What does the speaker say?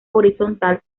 horizontal